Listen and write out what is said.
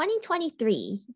2023